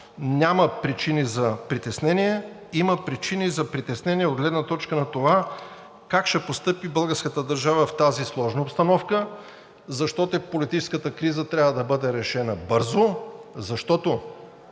Няма причини за притеснение, има причини за притеснение от гледна точка на това как ще постъпи българската държава в тази сложна обстановка, защото политическата криза трябва да бъде решена бързо.